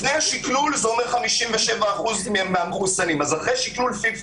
לפני שקלול זה אומר ש-57% מהמחוסנים נפטרו.